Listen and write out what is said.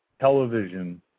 television